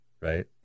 right